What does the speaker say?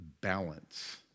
Balance